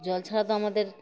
জল ছাড়া তো আমাদের